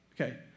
Okay